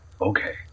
okay